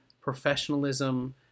professionalism